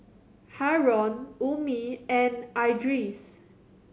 Haron Ummi and Idris